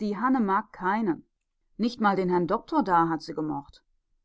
die hanne mag keinen nicht mal den herrn doktor da hat sie gemocht